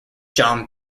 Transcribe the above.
john